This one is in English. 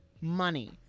money